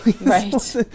Right